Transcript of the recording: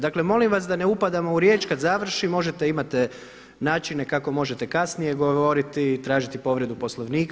Dakle molim vas da ne upadamo u riječ, kada završi možete imate načine kako možete kasnije govoriti i tražiti povredu Poslovnika.